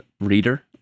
reader